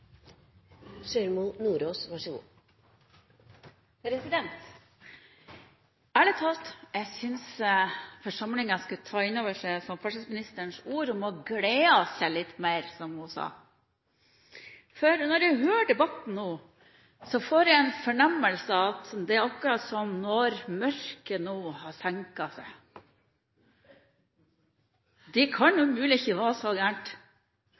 jeg synes forsamlingen skulle ta inn over seg samferdselsministerens ord om å glede seg litt mer. Når jeg hører debatten nå, så får jeg en fornemmelse av at det er akkurat som «når mørket no har senka sæ». Det kan da umulig være så